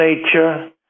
nature